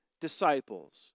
disciples